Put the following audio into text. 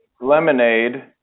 lemonade